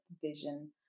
vision